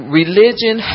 religion